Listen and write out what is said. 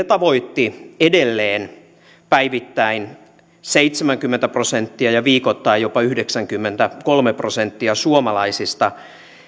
tavoitti edelleen päivittäin seitsemänkymmentä prosenttia ja viikoittain jopa yhdeksänkymmentäkolme prosenttia suomalaisista